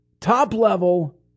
top-level